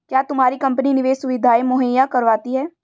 क्या तुम्हारी कंपनी निवेश सुविधायें मुहैया करवाती है?